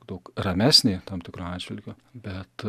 daug ramesnė tam tikru atžvilgiu bet